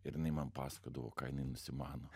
ir jinai man pasakodavo ką jinai nusimano